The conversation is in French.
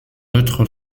autre